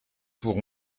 pour